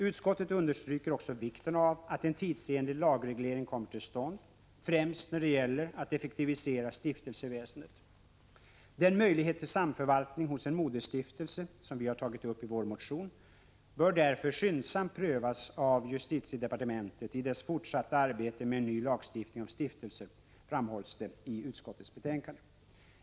Utskottet understryker också vikten av att en tidsenlig lagreglering kommer till stånd, främst när det gäller att effektivisera stiftelseväsendet. Den möjlighet till samförvaltning hos en moderstiftelse, som vi har tagit upp i vår motion, bör därför skyndsamt prövas av justitiedepartementet i dess fortsatta arbete med en ny lagstiftning om stiftelser, framhålls det i utskottets betänkande.